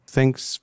Thanks